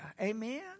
Amen